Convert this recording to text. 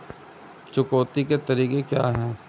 चुकौती के तरीके क्या हैं?